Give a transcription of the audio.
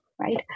right